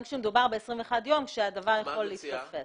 גם כאשר מדובר ב-21 יום, הדבר יכול להתפספס.